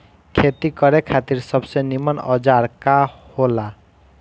खेती करे खातिर सबसे नीमन औजार का हो ला?